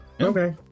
Okay